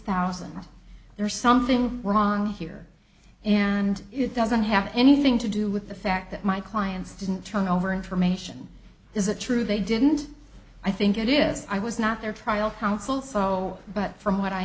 thousand are there something wrong here and it doesn't have anything to do with the fact that my clients didn't turn over information is it true they didn't i think it is i was not their trial counsel so but from what i